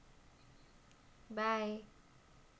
bye